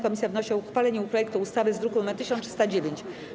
Komisja wnosi o uchwalenie projektu ustawy z druku nr 1309.